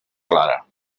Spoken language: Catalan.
clara